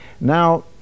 Now